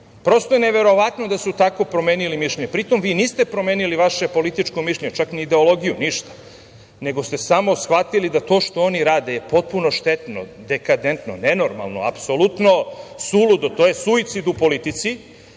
Prosto je neverovatno da su tako promenili mišljenje. Pri tome, vi niste promenili vaše političko mišljenje, čak ni ideologiju, ništa, nego ste samo shvatili da to što oni rade je potpuno štetno, dekadentno, nenormalno, apsolutno suludo. To je suicid u politici